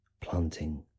planting